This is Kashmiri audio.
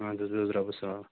اَدٕ حظ بیٚہہ حظ رۄبس حوال